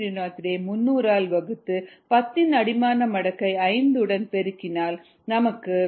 303 ஐ 300 ஆல் வகுத்து 10 யின் அடிமான மடக்கை 5 உடன் பெருக்கினால் நமக்கு 5